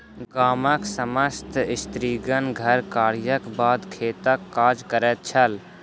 गामक समस्त स्त्रीगण घर कार्यक बाद खेतक काज करैत छल